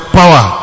power